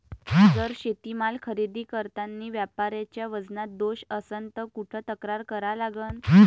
जर शेतीमाल खरेदी करतांनी व्यापाऱ्याच्या वजनात दोष असन त कुठ तक्रार करा लागन?